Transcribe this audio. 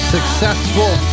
Successful